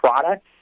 product